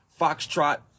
foxtrot